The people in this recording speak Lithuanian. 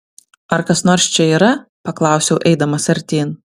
ar kas nors čia yra paklausiau eidamas artyn